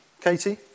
Katie